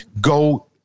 go